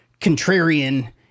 contrarian